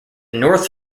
north